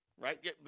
Right